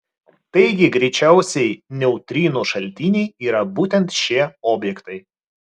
taigi greičiausiai neutrinų šaltiniai yra būtent šie objektai